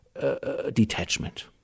detachment